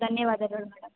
ಧನ್ಯವಾದಗಳು ಮೇಡಮ್